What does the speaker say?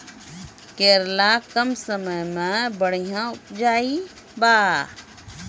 करेला कम समय मे बढ़िया उपजाई बा?